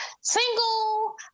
single